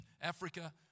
Africa